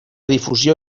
difusió